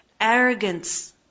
Arrogance